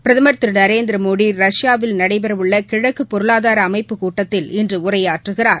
பிரதமர் திரு நரேந்திரமோடி ரஷ்யாவில் நடைபெறவுள்ள கிழக்கு பொருளாதார அமைப்புக் கூட்டத்தில் இன்று உரையாற்றுகிறார்